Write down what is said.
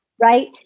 right